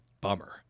bummer